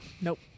Nope